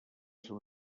seu